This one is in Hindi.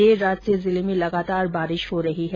देर रात से जिले में लगातार बारिश का दौर जारी है